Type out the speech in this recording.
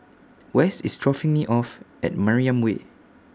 West IS dropping Me off At Mariam Way